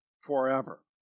forever